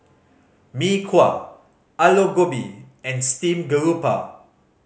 Mee Kuah Aloo Gobi and steamed garoupa